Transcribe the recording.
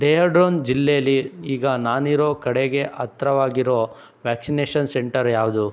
ಡೆಹ್ರಾಡೂನ್ ಜಿಲ್ಲೆಲಿ ಈಗ ನಾನಿರೋ ಕಡೆಗೆ ಹತ್ತಿರವಾಗಿರೋ ವ್ಯಾಕ್ಸಿನೇಷನ್ ಸೆಂಟರ್ ಯಾವುದು